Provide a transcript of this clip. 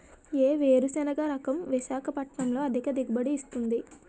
ఏ వేరుసెనగ రకం విశాఖపట్నం లో అధిక దిగుబడి ఇస్తుంది?